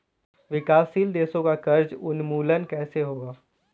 विकासशील देशों का कर्ज उन्मूलन कैसे होगा?